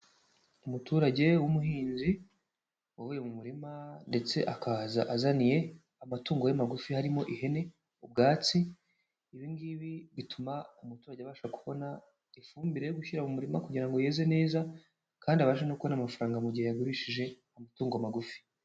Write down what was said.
Umuturage w'umuhinzi, uvuye mu murima, ndetse akaza azaniye amatungo ye magufi harimo ihene, ubwatsi, ibi ngibi bituma umuturage abasha kubona ifumbire yo gushyira mu murima kugira ngo yeze neza, kandi abashe no kubona amafaranga mu gihe yagurishije amatungo magufi.